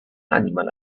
animal